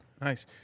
Nice